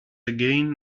again